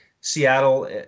Seattle